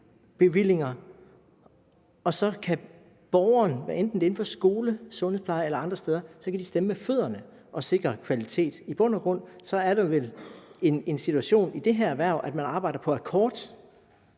rammebevillinger, og så kan borgeren, hvad enten det er inden for skolevæsen, sundhedspleje eller andre steder, stemme med fødderne og sikre kvalitet. I bund og grund er der vel den situation i det her erhverv, at man arbejder på akkord.